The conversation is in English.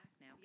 now